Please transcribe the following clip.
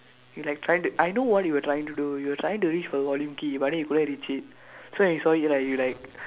you like trying to I know what you were trying to do you were trying to reach for the volume key but then you couldn't reach it so when you saw me right you like